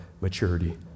maturity